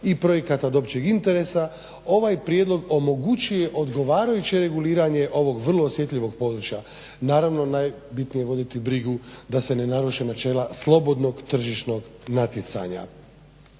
i projekata od općeg interesa ovaj prijedlog omogućuje odgovarajuće reguliranje ovog vrlo osjetljivog područja. Naravno najbitnije je voditi brigu da se ne naruše načela slobodnog tržišnog natjecanja.